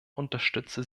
unterstütze